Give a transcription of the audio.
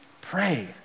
Pray